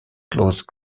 close